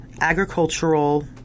Agricultural